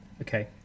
Okay